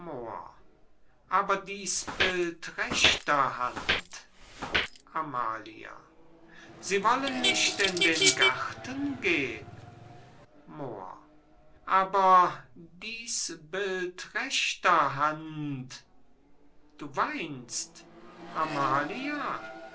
aber diß bild rechter hand amalia sie wollen nicht in den garten geh'n moor aber diß bild rechter hand du weinst amalia